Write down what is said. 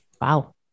Wow